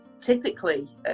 typically